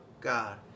God